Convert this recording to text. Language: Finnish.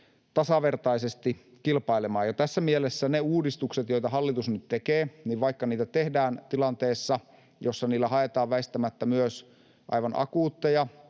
tasavertaisesti kilpailemaan. Tässä mielessä ne uudistukset, joita hallitus nyt tekee — vaikka niitä tehdään tilanteessa, jossa niillä haetaan väistämättä myös aivan akuutteja